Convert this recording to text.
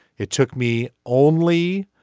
it took me only